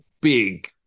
big